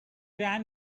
ran